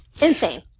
Insane